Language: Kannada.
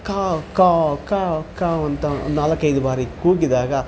ಕಾವ್ ಕಾವ್ ಕಾವ್ ಕಾವ್ ಅಂತ ನಾಲ್ಕೈದು ಬಾರಿ ಕೂಗಿದಾಗ